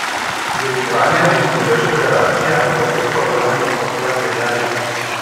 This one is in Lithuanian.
į australiją mus nuveš federacija bet bus problemų transportuojant laivelį